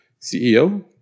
CEO